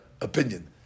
opinion